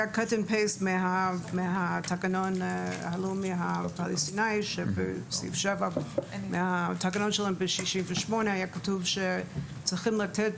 מהתקנון ב-1968 הלאומי הפלסטיני שבו היה כתוב שצריכים לתת